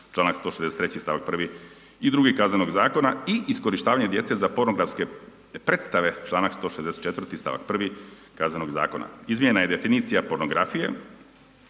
članak 163. stavak 1. i 2. KZ-a i iskorištavanje djece za pornografske predstave članak 164. stavak 1. KZ-a. izmjena je definicija pornografije